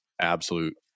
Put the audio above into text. absolute